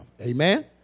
Amen